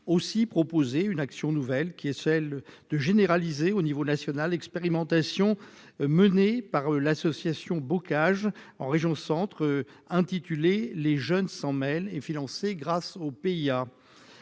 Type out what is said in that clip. aussi proposer une action nouvelle qui est celle de généraliser au niveau national, expérimentation menée par l'association Bocage en région Centre, intitulé Les jeunes s'en mêle et financé grâce au pays,